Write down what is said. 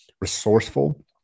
resourceful